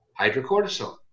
Hydrocortisone